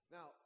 Now